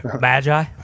Magi